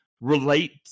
relate